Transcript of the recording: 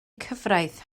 cyfraith